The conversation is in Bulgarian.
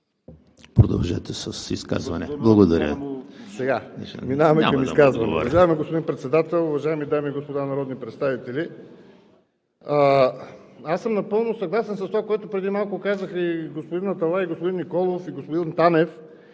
Продължете с изказването. ТАСКО ЕРМЕНКОВ: Сега преминаваме към изказване. Уважаеми господин Председател, уважаеми дами и господа народни представители! Напълно съм съгласен с това, което преди малко казаха и господин Аталай, и господин Николов, и господин Танев,